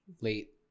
late